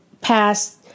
passed